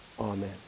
amen